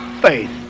faith